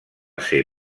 ser